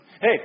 Hey